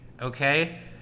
okay